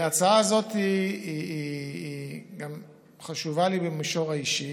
ההצעה הזאת חשובה לי במישור האישי,